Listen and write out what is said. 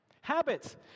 Habits